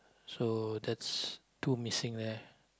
so that's two missing there